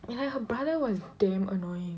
and her brother was damn annoying